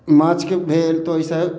माछके भेल तऽ ओहि सऽ